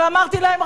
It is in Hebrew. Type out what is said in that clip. ואמרתי להם,